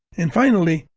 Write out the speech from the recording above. and finally,